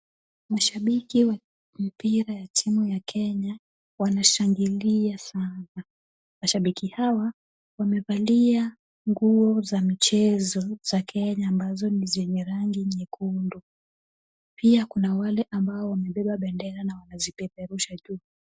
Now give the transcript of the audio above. Mashabiki wa mpira wa timu ya Kenya wanashangilia sana. Mashabiki hawa wamevalia nguo za michezo ya Kenya zenye rangi nyekundu. Pia kuna wale ambao wamebeba bendera na wanazipeperusha juu.